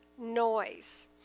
noise